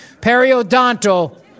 periodontal